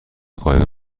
قایق